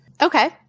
Okay